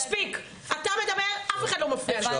מספיק, אתה מדבר ואף אחד לא מפריע לך.